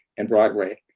and broadway.